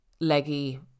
leggy